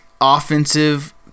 offensive